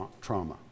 trauma